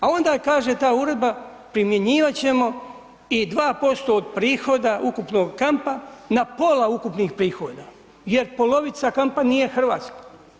A onda kaže ta uredba primjenjivat ćemo i 2% od prihoda ukupnog kampa na pola ukupnih prihoda jer polovica kampa nije hrvatska.